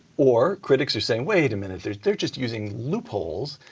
or critics are saying, wait a minute, they're they're just using loopholes,